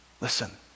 Listen